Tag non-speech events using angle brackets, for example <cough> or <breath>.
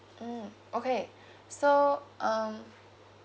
mm okay <breath> so um